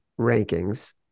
rankings